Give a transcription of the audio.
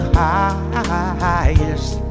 highest